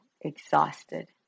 exhausted